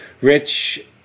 Rich